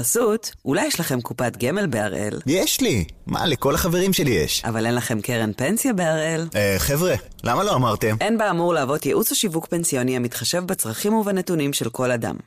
בחסות, אולי יש לכם קופת גמל בהראל? יש לי! מה, לכל החברים שלי יש. אבל אין לכם קרן פנסיה בהראל? אה, חבר'ה, למה לא אמרתם? אין באמור להוות ייעוץ או שיווק פנסיוני המתחשב בצרכים ובנתונים של כל אדם.